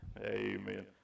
Amen